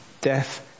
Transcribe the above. Death